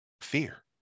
Fear